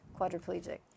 quadriplegic